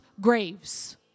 graves